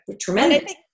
Tremendous